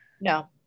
No